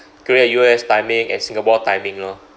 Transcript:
create U_S timing and singapore timing lor